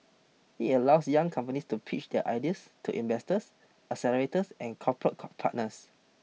it allows young companies to pitch their ideas to investors accelerators and corporate partners